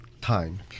time